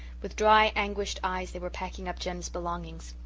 with dry, anguished eyes they were packing up jem's belongings.